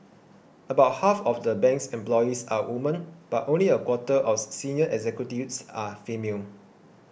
about half of the bank's employees are women but only a quarter of senior executives are female